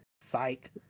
psych